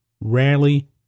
rarely